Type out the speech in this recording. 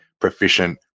proficient